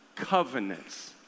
covenants